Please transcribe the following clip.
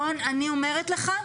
רון, אני אומרת לך,